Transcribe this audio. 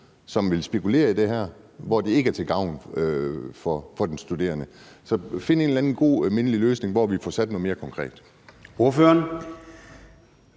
som vil spekulere i det her, der ikke er til gavn for den studerende – altså at vi finder en eller anden god almindelig løsning, hvor vi får lagt noget mere konkret på bordet.